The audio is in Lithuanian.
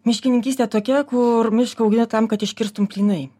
miškininkystė tokia kur mišką augina tam kad iškirstų plynai